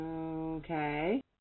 Okay